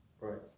right